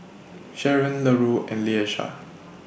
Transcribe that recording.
Sharon Larue and Leisha